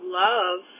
love